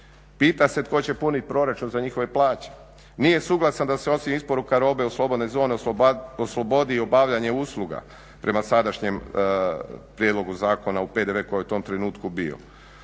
Pita se tko će puniti proračun za njihove plaće. Nije suglasan da se osim isporuka robe u slobodne zone oslobodi i obavljanje usluga prema sadašnjem prijedlogu Zakona o PDV-u koji je u tom trenutku bio